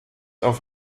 auf